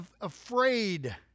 afraid